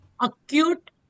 acute